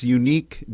unique